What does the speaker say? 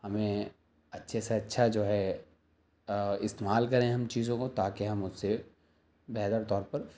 ہمیں اچھے سے اچھا جو ہے استعمال کریں ہم چیزوں کو تاکہ ہم اس سے بہتر طور پر